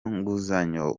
nguzanyo